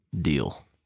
deal